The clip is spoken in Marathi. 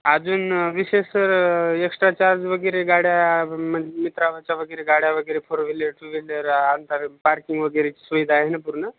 अजून विशेष स एक्स्ट्रा चार्ज वगैरे गाड्या म मित्रावाच्या वगैरे गाड्या वगैरे फोर व्हीलर टू व्हीलर अंदाजे पार्किंग वगैरेची सुविधा आहे ना पूर्ण